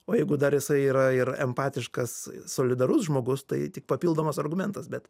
o jeigu dar jisai yra ir empatiškas solidarus žmogus tai tik papildomas argumentas bet